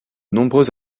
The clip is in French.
nombreux